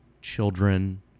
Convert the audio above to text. children